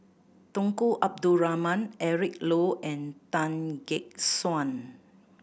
Tunku Abdul Rahman Eric Low and Tan Gek Suan